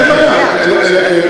כן, אין בעיה.